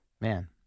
man